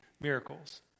miracles